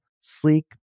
sleek